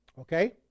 Okay